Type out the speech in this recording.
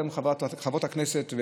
חברות הכנסת,